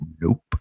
Nope